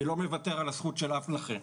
אני לא מוותר על הזכות של אף נכה,